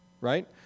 right